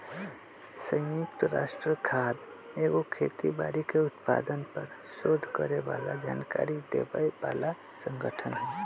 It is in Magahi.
संयुक्त राष्ट्र खाद्य एगो खेती बाड़ी के उत्पादन पर सोध करे बला जानकारी देबय बला सँगठन हइ